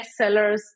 bestsellers